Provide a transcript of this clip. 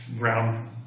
round